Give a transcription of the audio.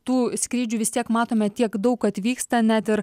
tų skrydžių vis tiek matome tiek daug kad vyksta net ir